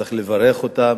צריך לברך אותם,